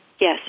Yes